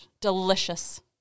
Delicious